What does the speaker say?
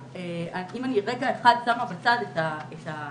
אם אני רגע אחד שמה בצד את מה